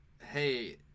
hey